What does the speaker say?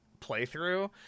playthrough